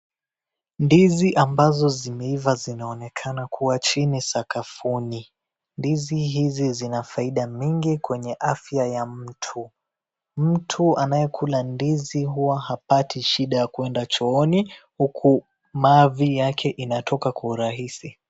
Ndizi ambazo zimeiva zinaonekana kuwa chini sakafuni, ndizi hizi zina faida mingi kwenye afya ya mtu. Mtu anayekula ndizi huwa hapati shida ya kwenda chooni huku mavi yake inatoka kwa urahisi.